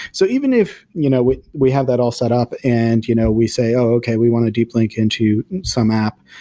so even if you know we have that all set up and you know we say, oh, okay. we want a deep link into some app.